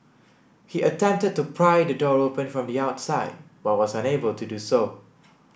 he attempted to pry the door open from the outside but was unable to do so